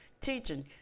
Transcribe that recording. teaching